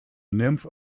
nymph